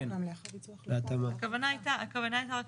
הכוונה היתה רק